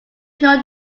known